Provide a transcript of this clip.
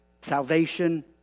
Salvation